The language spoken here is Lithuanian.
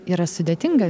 yra sudėtinga